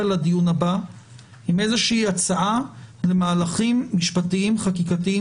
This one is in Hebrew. לדיון הבא עם איזושהי הצעה למהלכים משפטיים חקיקתיים